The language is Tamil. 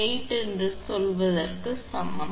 718 என்று சொல்வதற்கு சமம்